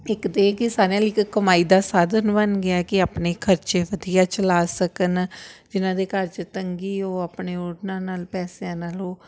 ਇੱਕ ਤਾਂ ਇਹ ਕਿ ਸਾਰਿਆਂ ਲਈ ਇੱਕ ਕਮਾਈ ਦਾ ਸਾਧਨ ਬਣ ਗਿਆ ਕਿ ਆਪਣੇ ਖਰਚੇ ਵਧੀਆ ਚਲਾ ਸਕਣ ਜਿਹਨਾਂ ਦੇ ਘਰ 'ਚ ਤੰਗੀ ਉਹ ਆਪਣੇ ਉਹਨਾਂ ਨਾਲ ਪੈਸਿਆਂ ਨਾਲ ਉਹ